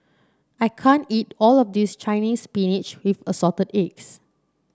I can't eat all of this Chinese Spinach with Assorted Eggs